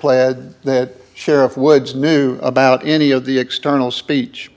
pled that sheriff woods knew about any of the external speech